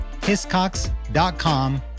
hiscox.com